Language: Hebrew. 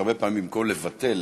שהרבה פעמים במקום לבטל